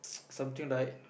something like